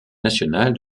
national